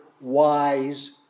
wise